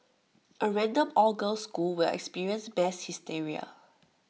A random all girls school will experience mass hysteria